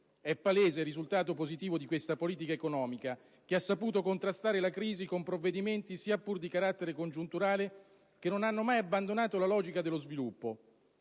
È palese il risultato positivo di questa politica economica, che ha saputo contrastare la crisi con provvedimenti sia pur di carattere congiunturale che non hanno mai abbandonato la logica dello sviluppo.